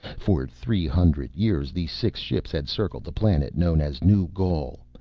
for three hundred years the six ships had circled the planet known as new gaul,